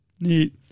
Neat